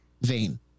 vein